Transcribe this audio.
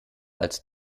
als